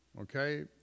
okay